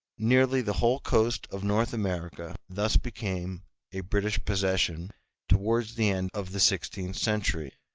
nearly the whole coast of north america thus became a british possession towards the end of the sixteenth century.